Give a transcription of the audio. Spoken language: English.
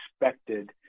expected